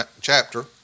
chapter